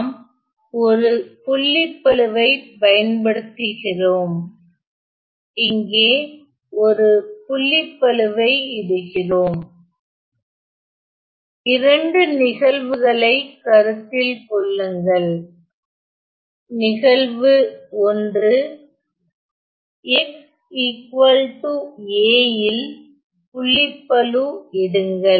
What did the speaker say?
நாம் ஒரு புள்ளிப்பளுவை பயன்படுத்துகிறோம் இங்கே ஒரு புள்ளிப்பளுவை இடுகிறோம் இரண்டு நிகழ்வுகளை கருத்தில் கொள்ளுங்கள் நிகழ்வு 1 x a ல் புள்ளிப்பளு இடுங்கள்